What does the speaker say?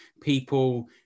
people